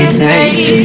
take